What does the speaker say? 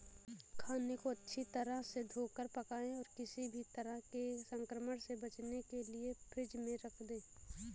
खाने को अच्छी तरह से धोकर पकाएं और किसी भी तरह के संक्रमण से बचने के लिए फ्रिज में रख दें